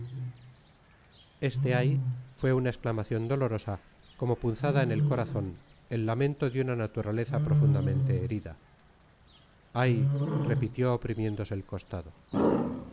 este ay fue una exclamación dolorosa como punzada en el corazón el lamento de una naturaleza profundamente herida ay repitió oprimiéndose el costado